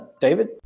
David